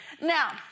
Now